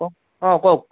ক অ' কওক